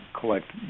collect